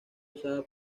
usada